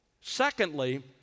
Secondly